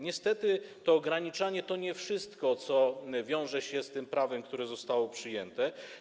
Niestety, to ograniczanie to nie wszystko, co wiąże się z tym prawem, które zostało przyjęte.